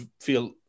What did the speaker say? feel